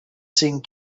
seen